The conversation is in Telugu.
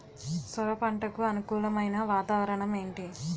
సొర పంటకు అనుకూలమైన వాతావరణం ఏంటి?